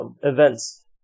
events